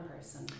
person